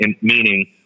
meaning